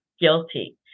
guilty